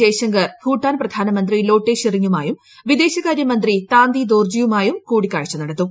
ജയശങ്കർ ഭൂട്ടാൻ പ്രധാനമന്ത്രി ലോട്ടേ ഷെറിങ്ങിമായും വിദേശകാരൃമന്ത്രി താന്തിദോർജിയുമായും കൂടിക്കാഴ്ച നടത്തും